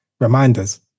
reminders